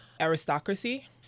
aristocracy